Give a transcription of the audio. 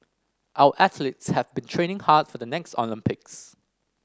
our athletes have been training hard for the next Olympics